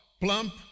plump